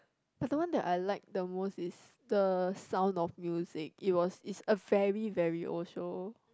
but the one that I like the most is the-Sound-of-Music it was it's a very very old show